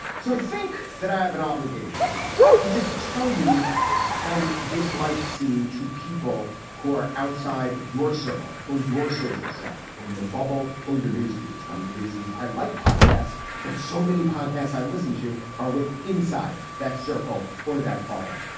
so i think that i have an obligation to just tell you how this might seem to people who are outside your circle or your social set or your bubble or your news feed. it's one of the reasons i like podcasts, but so many podcasts i listen to are with inside that circle or that bubble.